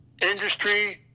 industry